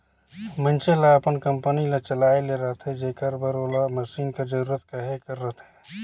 मइनसे ल अपन कंपनी ल चलाए ले रहथे जेकर बर ओला मसीन कर जरूरत कहे कर रहथे